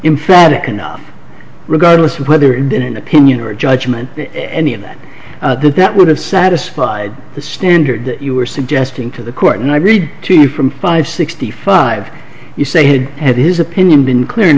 emphatic enough regardless of whether in an opinion or a judgment any of that that would have satisfied the standard that you are suggesting to the court and i read to you from five sixty five you say had had his opinion been clear